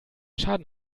schaden